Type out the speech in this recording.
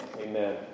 Amen